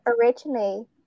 originally